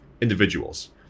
individuals